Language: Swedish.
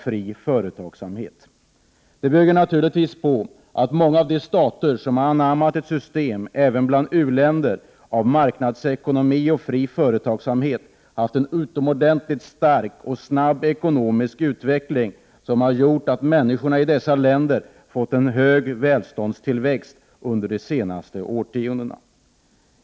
Detta bygger naturligtvis på att många av de stater, även u-länder, som har anammat ett system av marknadsekonomi och fri företagsamhet har haft en utomordentligt stark och snabb ekonomisk utveckling, som har gjort att människorna i dessa länder fått en hög välståndstillväxt under de senaste årtiondena.